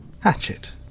Hatchet